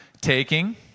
Taking